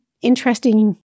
interesting